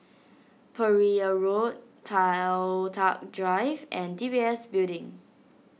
Pereira Road Toh Tuck Drive and D B S Building